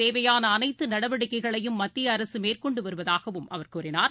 தேவையானஅனைத்தநடவடிக்கைகளையும் மத்தியஅரசுமேற்கொண்டுவருவதாகவும் அவர் கூறினார்